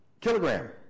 kilogram